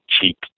cheap